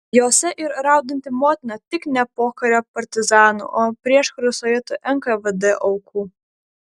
jose ir raudanti motina tik ne pokario partizanų o prieškariu sovietų nkvd aukų